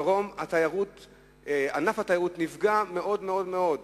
בדרום ענף התיירות נפגע מאוד מאוד מאוד.